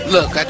Look